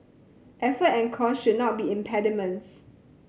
effort and cost should not be impediments